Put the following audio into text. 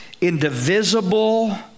indivisible